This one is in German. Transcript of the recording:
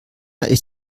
ist